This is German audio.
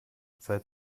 seit